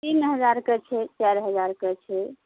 तीन हजारके छै चारि हजारके छै